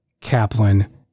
Kaplan